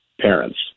parents